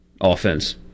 offense